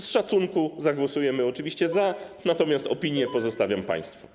Z szacunku zagłosujemy oczywiście za, natomiast opinię pozostawiam państwu.